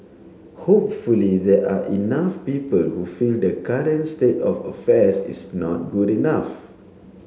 hopefully there are enough people who feel the current state of affairs is not good enough